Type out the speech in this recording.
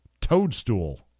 Toadstool